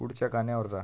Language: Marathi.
पुढच्या गाण्यावर जा